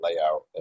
layout